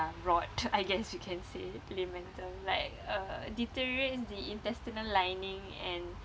ya rot I guess you can say layman term like uh deteriorates the intestinal lining and